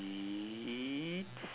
it's